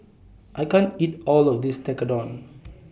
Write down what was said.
I can't eat All of This Tekkadon